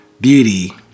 beauty